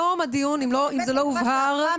נתקדם.